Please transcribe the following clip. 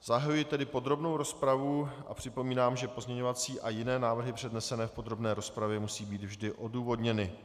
Zahajuji tedy podrobnou rozpravu a připomínám, že pozměňovací a jiné návrhy přednesené v podrobné rozpravě musí být vždy odůvodněny.